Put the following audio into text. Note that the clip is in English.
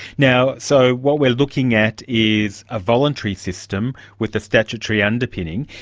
now, so, what we're looking at is a voluntary system with the statutory underpinning.